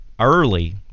early